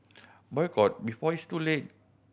boycott before it's too late